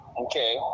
Okay